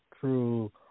true